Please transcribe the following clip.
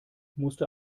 musste